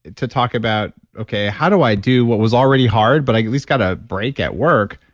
to talk about okay how do i do what was already hard but i at least got a break at work.